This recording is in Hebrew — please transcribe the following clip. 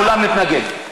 כולנו נתנגד.